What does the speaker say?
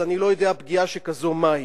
אז אני לא יודע פגיעה שכזו מהי.